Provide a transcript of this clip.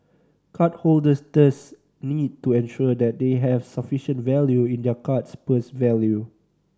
card holders thus need to ensure that they have sufficient value in their card's purse value